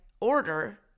order